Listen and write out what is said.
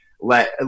Let